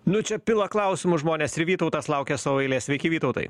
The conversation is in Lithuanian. nu čia pila klausimus žmonės ir vytautas laukia savo eilės sveiki vytautai